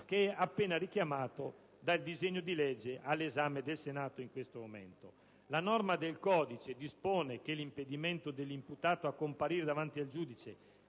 che è appena richiamato dal disegno di legge all'esame del Senato in questo momento. La norma del codice dispone che l'impedimento dell'imputato a comparire davanti al giudice